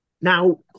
Now